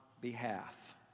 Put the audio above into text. behalf